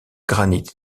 granit